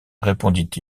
répondit